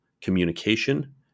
communication